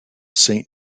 saint